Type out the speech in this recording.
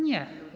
Nie.